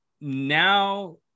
now